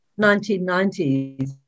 1990s